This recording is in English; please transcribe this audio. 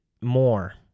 more